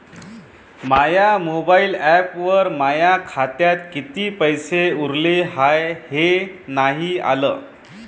माया mobile ॲपवर माया खात्यात किती पैसे उरले हाय हे नाही आलं